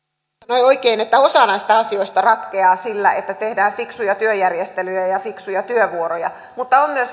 oikein että osa näistä asioista ratkeaa sillä että tehdään fiksuja työjärjestelyjä ja ja fiksuja työvuoroja mutta on myös